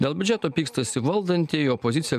dėl biudžeto pykstasi valdantieji opozicija